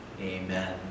Amen